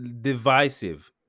divisive